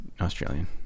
Australian